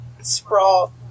Sprawl